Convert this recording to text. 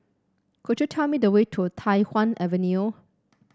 could you tell me the way to Tai Hwan Avenue